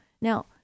Now